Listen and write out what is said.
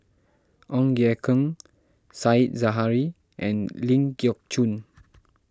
Ong Ye Kung Said Zahari and Ling Geok Choon